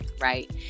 right